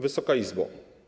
Wysoka Izbo!